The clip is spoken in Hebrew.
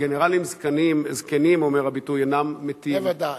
גנרלים זקנים, אומר הביטוי, אינם מתים, Never die.